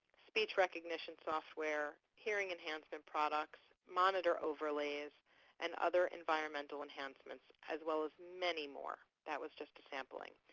speech recognition software, hearing enhancement products, monitor overlays and other environmental enhancements, as well as many more. that was just a sampling.